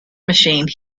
machine